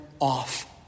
off